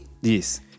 Yes